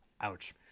Ouch